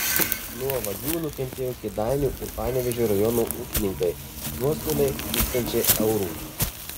nuo vagių nukentėjo kėdainių ir panevėžio rajonų ūkininkai nuostoliai tūkstančiai eurų